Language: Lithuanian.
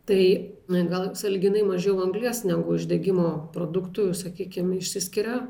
tai gal sąlyginai mažiau anglies negu uždegimo produktų sakykim išsiskiria